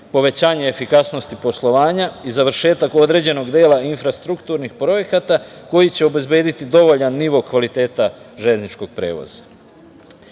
povećanje efikasnosti poslovanja i završetak određenog dela infrastrukturnih projekata koji će obezbediti dovoljan nivo kvaliteta železničkog prevoza. Značajni